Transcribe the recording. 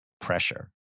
Pressure